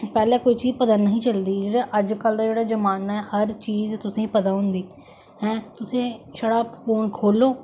पहले पहले कोई चीज पता नेई ही चलदी अजकल दा जेहडा जमाना ऐ हर चीज तुसेगी पता होंदी है तुसे छडा फोन खोलो